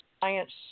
science